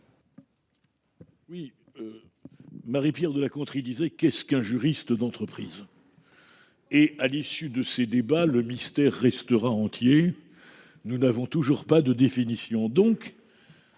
Marie Pierre de La Gontrie demandait ce qu’est un juriste d’entreprise. À l’issue de ces débats, le mystère restera entier. Nous n’avons toujours pas de définition.